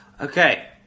Okay